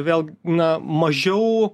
vėl na mažiau